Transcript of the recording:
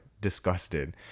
disgusted